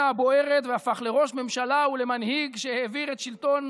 הבוערת לראש ממשלה ולמנהיג שהעביר את השלטון